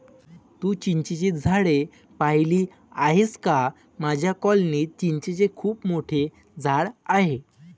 तू चिंचेची झाडे पाहिली आहेस का माझ्या कॉलनीत चिंचेचे खूप मोठे झाड आहे